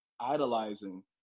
idolizing